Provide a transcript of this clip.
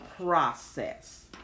process